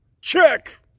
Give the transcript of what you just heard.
Check